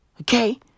Okay